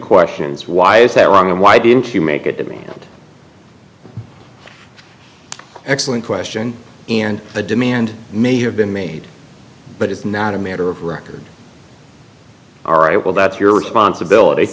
questions why is that wrong and why didn't you make a demand excellent question and the demand may have been made but it's not a matter of record all right well that's your responsibility